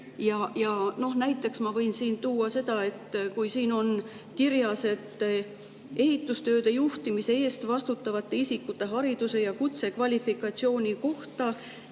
Näiteks ma võin tuua seda, et kui siin on kirjas, et "... ehitustööde juhtimise eest vastutavate isikute hariduse ja kutsekvalifikatsiooni kohta,